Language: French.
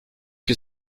que